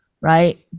right